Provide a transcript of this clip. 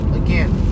again